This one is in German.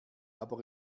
aber